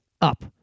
up